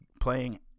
playing